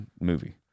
movie